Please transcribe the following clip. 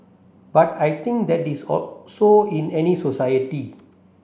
but I think that is so in any society